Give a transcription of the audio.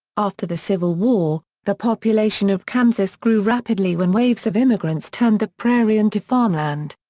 after the civil war, the population of kansas grew rapidly when waves of immigrants turned the prairie into farmland.